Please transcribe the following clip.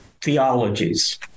theologies